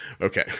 Okay